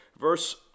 Verse